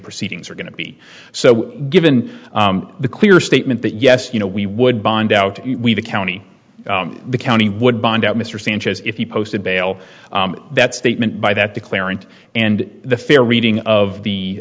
proceedings are going to be so given the clear statement that yes you know we would bind out we the county the county would bind out mr sanchez if he posted bail that statement by that declarant and the fair reading of the